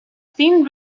seen